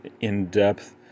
in-depth